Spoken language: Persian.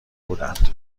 بودند